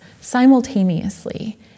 simultaneously